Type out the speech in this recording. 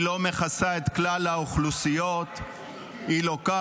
היא לא מכסה את כלל האוכלוסיות והיא לוקה